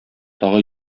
тагы